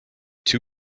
two